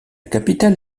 capitale